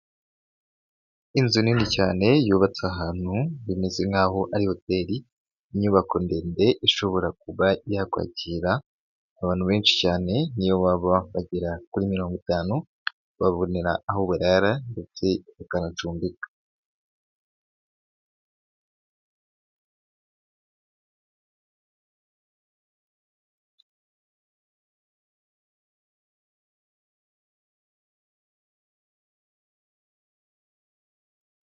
Inzu nini cyane yubatse ahantu bimeze nkaho ari hotel, inyubako ndende ishobora kuba yakwakira abantu benshi cyane niyo baba bagera kuri mirongo itanu babona aho barara ndetse ikanacumbikira.